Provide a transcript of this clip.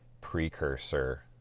precursor